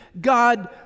God